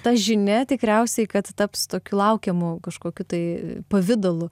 ta žinia tikriausiai kad taps tokiu laukiamu kažkokiu tai pavidalu